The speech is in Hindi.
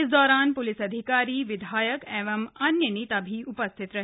इस दौरान प्लिस अधिकारी विधायक और अन्य नेता भी उपस्थित रहे